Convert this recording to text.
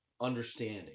understanding